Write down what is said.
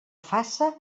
faça